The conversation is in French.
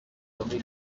nommé